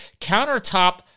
countertop